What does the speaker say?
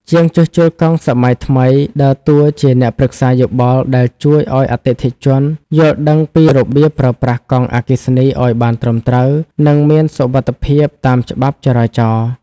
ជាងជួសជុលកង់សម័យថ្មីដើរតួជាអ្នកប្រឹក្សាយោបល់ដែលជួយឱ្យអតិថិជនយល់ដឹងពីរបៀបប្រើប្រាស់កង់អគ្គិសនីឱ្យបានត្រឹមត្រូវ និងមានសុវត្ថិភាពតាមច្បាប់ចរាចរណ៍។